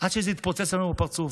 עד שזה התפוצץ לנו בפרצוף.